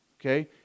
Okay